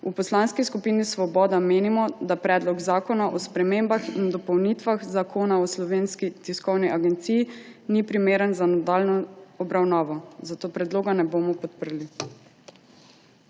v Poslanski skupini Svoboda menimo, da Predlog zakona o spremembah in dopolnitvah Zakona o Slovenski tiskovni agenciji ni primeren za nadaljnjo obravnavo, zato predloga ne bomo podprli.